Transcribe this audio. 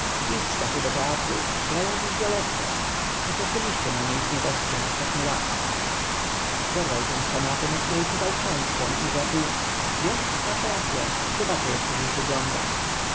idź stachu do teatru grają dziś violettę przecież byliście na niej z nieboszczką ostatni raz zerwał się z kanapy na której czytał książkę i rzekł wiesz masz racyą zobaczę jakto dziś wygląda